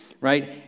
Right